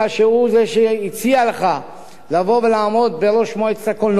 שהוא שהציע לך לבוא ולעמוד בראש מועצת הקולנוע,